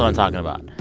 um talking about.